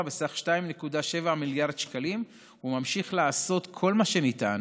בסך 2.7 מיליארד שקלים והוא ממשיך לעשות כל מה שניתן